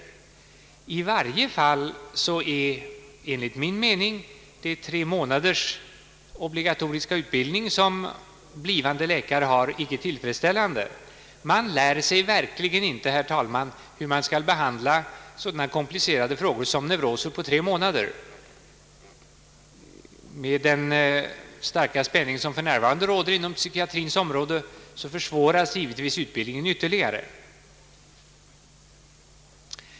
I varje fall är enligt min mening tre månaders obligatorisk utbildning, som blivande läkare för närvarande har, icke tillfredsställande. Man lär sig verkligen inte, herr talman, hur man skall behandla så komplicerade frågor som neuroser på tre månader. Med den starka spänning som för närvarande råder inom psykiatrins område försvåras givetvis utbildningen ytterligare.